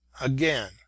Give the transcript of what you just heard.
Again